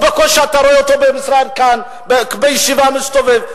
בקושי אתה רואה אותו במשרד כאן, בישיבה מסתובב.